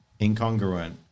Incongruent